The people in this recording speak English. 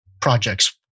projects